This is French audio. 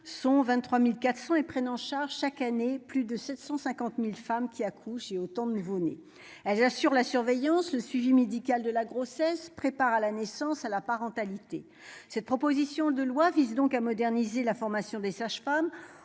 sont 23400 et prennent en charge chaque année plus de 750000 femmes qui accouchent et autant de nouveaux-nés elles assure la surveillance, le suivi médical de la grossesse prépare à la naissance à la parentalité, cette proposition de loi vise donc à moderniser la formation des sages-femmes,